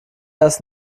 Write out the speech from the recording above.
erst